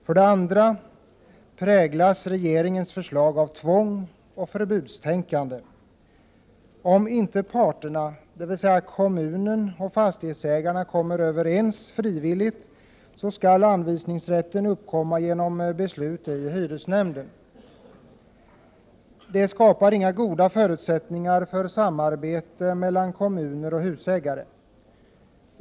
För det andra präglas regeringens förslag av tvång och förbudstänkande. Om inte parterna, dvs. kommunen och fastighetsägarna, kommer överens frivilligt, skall anvisningsrätten uppkomma genom beslut av hyresnämnden. Det skapar inga goda förutsättningar för samarbete mellan kommuner och husägare.